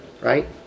Right